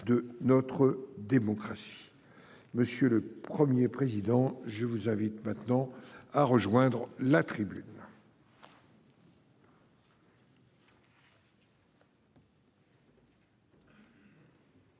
de notre démocratie. Monsieur le Premier président, je vous invite maintenant à rejoindre la tribune